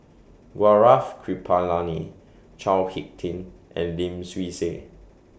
Gaurav Kripalani Chao Hick Tin and Lim Swee Say